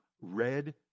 red